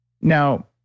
Now